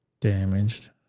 damaged